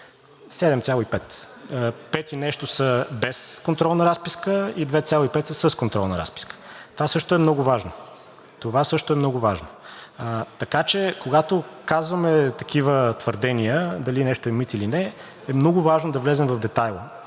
7,5. Пет и нещо са без контролна разписка и 2,5 са с контролна разписка. Това също е много важно. Това също е много важно! Така че, когато казваме такива твърдения – дали нещо е мит или не, е много важно да влезем в детайла